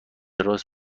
راست